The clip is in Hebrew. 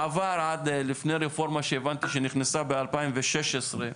עד לפני הרפורמה שהבנתי שנכנסה ב-2016,